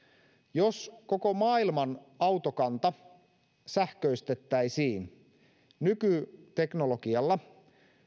jos koko maailman autokanta sähköistettäisiin nykyteknologialla